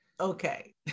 Okay